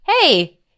hey